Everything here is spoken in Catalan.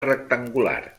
rectangular